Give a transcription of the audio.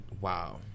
Wow